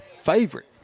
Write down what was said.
favorite